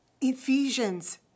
Ephesians